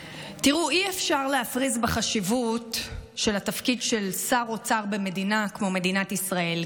אי-אפשר להפריז בחשיבות התפקיד של שר אוצר במדינה כמו מדינת ישראל,